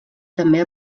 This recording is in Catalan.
també